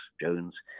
Jones